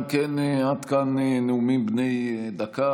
אם כן, עד כאן נאומים בני דקה.